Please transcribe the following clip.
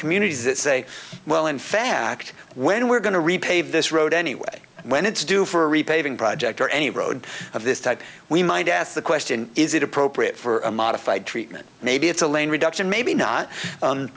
communities that say well in fact when we're going to repave this road anyway when it's due for a repaving project or any road of this type we might ask the question is it appropriate for a modified treatment maybe it's a lane reduction maybe not